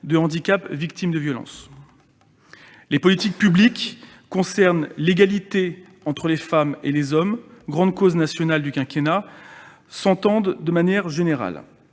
de handicap victimes de violences. Les politiques publiques concernant l'égalité entre les femmes et les hommes, grande cause nationale du quinquennat, s'entendent de manière générale.